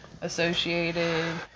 associated